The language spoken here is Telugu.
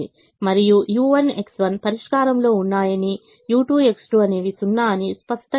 X1 6 మరియు u1 3 కూడా నాకు X2 0 ఇస్తుంది మరియు u1 X1 పరిష్కారంలో ఉన్నాయని u2 X2 అనేవి 0 అని స్పష్టంగా తెలుస్తుంది